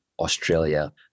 Australia